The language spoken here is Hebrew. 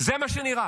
זה מה שנראה.